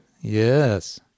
yes